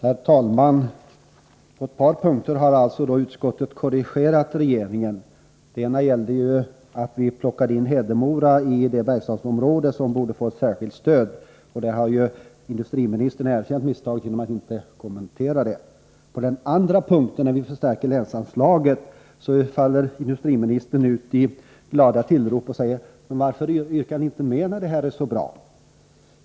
Herr talman! Utskottet har korrigerat regeringen på ett par punkter. Den ena gäller Hedemora, som vi ansåg borde tas med bland de Bergslagsområden som föreslås få särskilt stöd. Industriministern har erkänt misstaget genom att inte kommentera detta. När det gäller den andra punkten, länsanslaget, brister industriministern ut i glada tillrop och undrar varför vi inte yrkade mer pengar, när det nu är så bra.